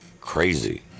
Crazy